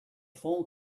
phone